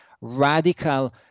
radical